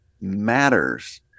matters